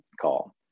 call